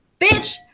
Bitch